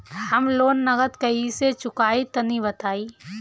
हम लोन नगद कइसे चूकाई तनि बताईं?